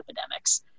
epidemics